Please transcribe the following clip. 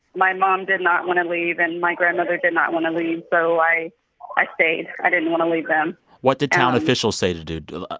my mom did not want to leave. and my grandmother did not want to leave. so i i stayed. i didn't want to leave them what did town officials say to do?